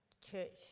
church